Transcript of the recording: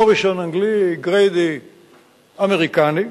מוריסון אנגלי וגריידי אמריקני,